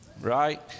right